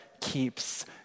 keeps